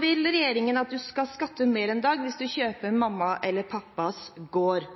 vil regjeringen at man skal skattlegges mer enn i dag hvis man kjøper mammas eller pappas gård.